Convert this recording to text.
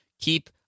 Keep